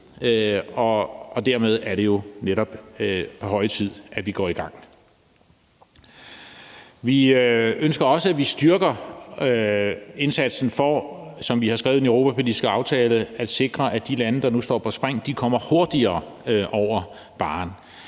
og dermed er det jo netop på høje tid, at vi går i gang. Vi ønsker også, at vi styrker indsatsen for, som vi har skrevet i den europapolitiske aftale, at sikre, at de lande, der nu står på spring, kommer hurtigere over barren.